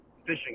fishing